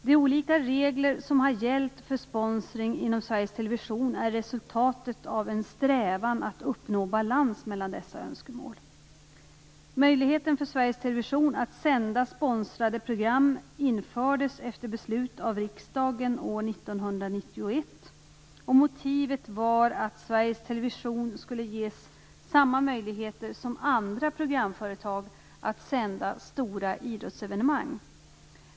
De olika regler som har gällt för sponsring inom Sveriges Television är resultatet av en strävan att uppnå balans mellan dessa önskemål. 1990/91:370). Motivet var att Sveriges Television skulle ges samma möjligheter som andra programföretag att sända stora idrottsevenemang.